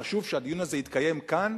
חשוב שהדיון הזה יתקיים כאן,